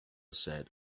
said